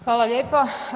Hvala lijepa.